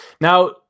Now